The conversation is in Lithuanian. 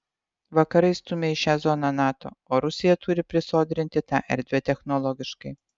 vakarai stumia į šią zoną nato o rusija turi prisodrinti tą erdvę technologiškai